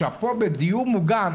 בדיור מוגן,